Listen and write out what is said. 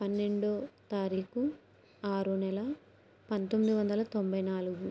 పన్నెండవ తారీఖు ఆరవ నెల పంతొమ్మిది వందల తొంభై నాలుగు